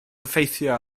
effeithio